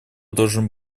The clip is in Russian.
должен